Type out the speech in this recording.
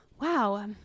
Wow